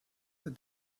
that